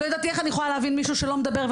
לא ידעתי איך אני יכולה להבין מישהו שלא מדבר,